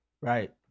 Right